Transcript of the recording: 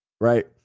right